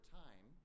time